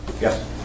Yes